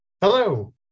Hello